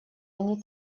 они